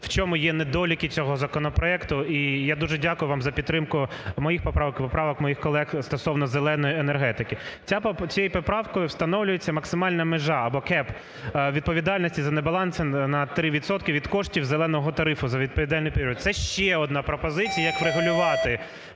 в чому є недоліки цього законопроекту. І я дуже дякую вам за підтримку моїх поправок і поправок моїх колег стосовно "зеленої" енергетики. Цією поправою встановлюється максимальна межа або "кеп" відповідальності за небаланси на три відсотки від коштів "зеленого" тарифу за відповідальний період. Це ще одна пропозиція, як врегулювати